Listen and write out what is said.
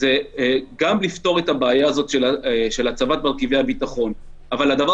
זה גם לפתור את הבעיה הזאת של הצבת מרכיבי הביטחון אבל הדבר